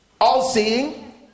All-seeing